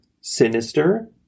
Sinister